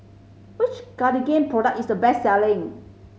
which Cartigain product is the best selling